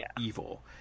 evil